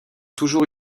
toujours